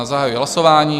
Zahajuji hlasování.